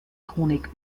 chronik